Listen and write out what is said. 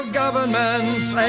government's